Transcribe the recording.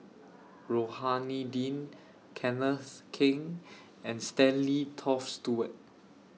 Rohani Din Kenneth Keng and Stanley Toft Stewart